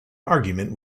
argument